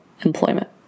employment